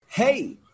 Hey